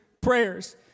prayers